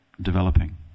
developing